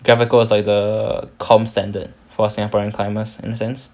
gravical is like the comp standard for singaporean climbers in a sense